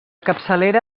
capçalera